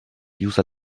user